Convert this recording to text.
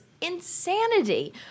insanity